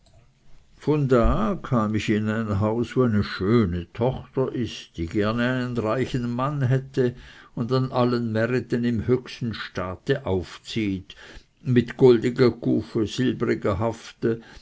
von da kam ich in ein haus wo eine schöne tochter ist die gerne einen reichen mann hätte und an allen märiten im höchsten staat aufzieht mit guldige gufe silbrige hafte